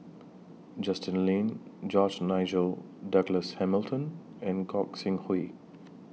Justin Lean George Nigel Douglas Hamilton and Gog Sing Hooi